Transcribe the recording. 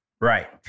right